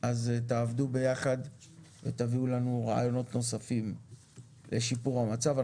תעבדו ביחד ותביאו לנו רעיונות נוספים לשיפור המצב.